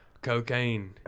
Cocaine